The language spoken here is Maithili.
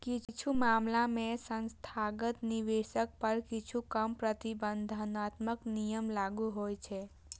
किछु मामला मे संस्थागत निवेशक पर किछु कम प्रतिबंधात्मक नियम लागू होइ छै